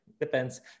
depends